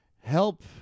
help